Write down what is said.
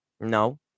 No